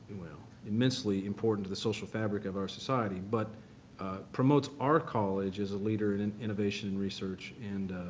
well, immensely important to the social fabric of our society but promotes our college as a leader in and innovation and research. and